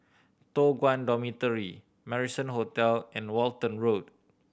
Toh Guan Dormitory Marrison Hotel and Walton Road